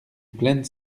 plaine